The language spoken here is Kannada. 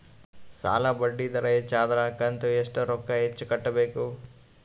ಸಾಲಾ ಬಡ್ಡಿ ದರ ಹೆಚ್ಚ ಆದ್ರ ಕಂತ ಎಷ್ಟ ರೊಕ್ಕ ಹೆಚ್ಚ ಕಟ್ಟಬೇಕು?